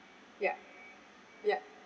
ya ya